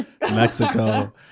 Mexico